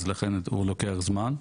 אז לכן הוא לוקח זמן.